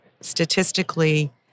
statistically